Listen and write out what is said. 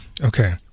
Okay